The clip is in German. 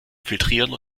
filtrieren